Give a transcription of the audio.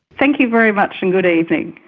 thank you very much, and good evening.